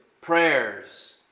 prayers